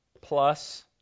plus